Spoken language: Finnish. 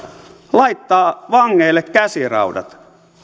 laittaa vangeille käsiraudat